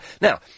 Now